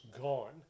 gone